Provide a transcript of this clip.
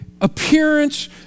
appearance